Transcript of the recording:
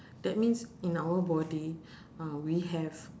that means in our body uh we have